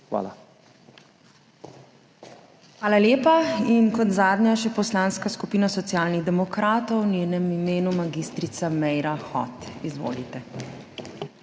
Hvala lepa. In kot zadnja še poslanska skupina Socialnih demokratov, v njenem imenu mag. Meira Hot. Izvolite.